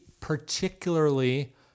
particularly